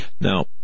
now